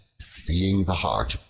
seeing the hart,